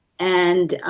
and